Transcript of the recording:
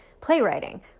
playwriting